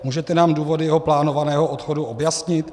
Můžete nám důvody jeho plánovaného odchodu objasnit?